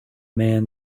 man